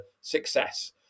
success